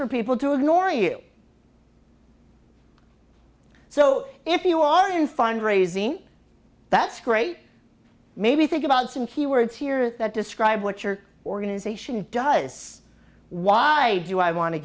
for people to ignore you so if you are in fund raising that's great maybe think about some keywords here that describe what your organization does why do i want to